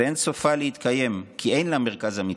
ואין סופה להתקיים, כי אין לה מרכז אמיתי,